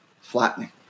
flattening